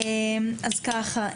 אז ככה,